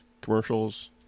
commercials